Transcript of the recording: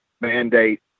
mandate